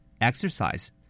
Exercise